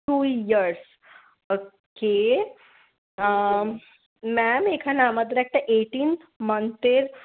two years okay ma'am এখানে আমাদের একটা এইট্টিন মান্থের